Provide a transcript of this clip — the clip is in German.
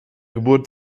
geburt